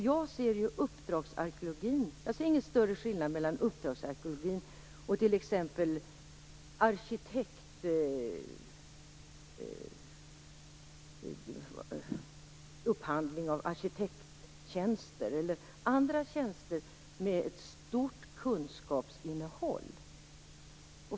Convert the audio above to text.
Jag ser ingen större skillnad mellan uppdragsarkeologin och upphandling av arkitektjänster eller andra tjänster med ett stort kunskapsinnehåll.